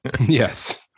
Yes